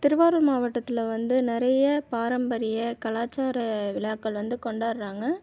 திருவாரூர் மாவட்டத்தில் வந்து நிறைய பாரம்பரிய கலாச்சார விழாக்கள் வந்து கொண்டாடுறாங்க